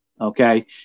Okay